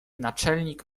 naczelnik